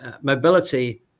Mobility